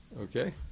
Okay